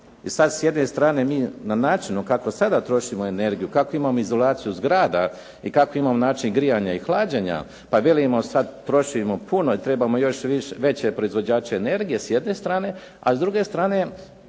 i sad s jedne strane mi na načinu kako sada trošimo energiju, kakvu imamo izolaciju zgrada i kakav imamo način grijanja i hlađenja pa velimo sad trošimo puno, trebamo još veće proizvođače energije s jedne strane, a s druge strane